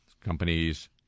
Companies